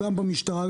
גם במשטרה,